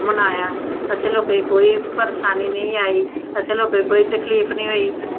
मनाया असें लोकें ई कोई परेशानी निं आई असें लोकें कोई तकलीफ निं होई